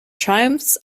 triumphs